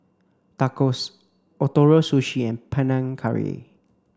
Tacos Ootoro Sushi and Panang Curry